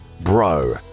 bro